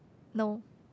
no